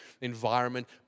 environment